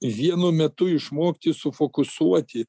vienu metu išmokti sufokusuoti